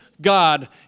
God